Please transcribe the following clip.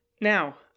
Now